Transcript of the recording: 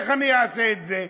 איך אני אעשה את זה?